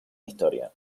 historia